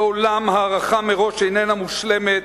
לעולם הערכה מראש איננה מושלמת,